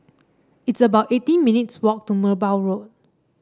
it's about eighteen minutes' walk to Merbau Road